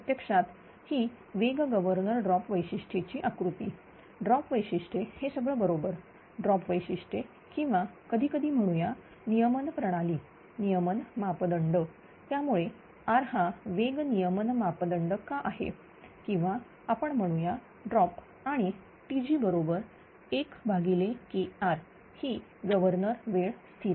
तर प्रत्यक्षात ही वेग गवर्नर ड्रॉप वैशिष्ट्ये ची आकृती ड्रॉप वैशिष्ट्ये हे सगळ बरोबर ड्रॉप वैशिष्ट्ये किंवा कधीकधी म्हणूया नियमन प्रणाली नियमन मापदंड त्यामुळे R हा वेग नियमन मापदंड का आहे किंवा आपण म्हणूया ड्रॉप आणि Tg बरोबर 1KR ही गव्हर्नर वेळ स्थिरता